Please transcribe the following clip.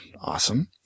Awesome